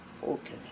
Okay